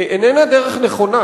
איננה דרך נכונה.